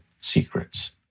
secrets